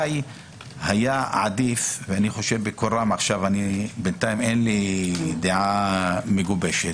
אני חושב בקול רם, אין לי דעה מגובשת,